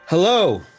Hello